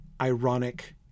ironic